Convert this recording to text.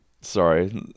sorry